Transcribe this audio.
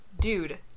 dude